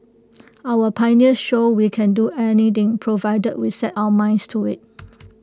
our pioneers showed we can do anything provided we set our minds to IT